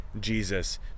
Jesus